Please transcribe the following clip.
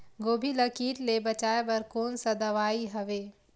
गोभी ल कीट ले बचाय बर कोन सा दवाई हवे?